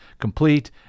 complete